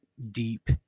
deep